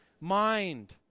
mind